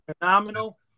Phenomenal